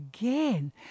again